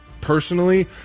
personally